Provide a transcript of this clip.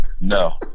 No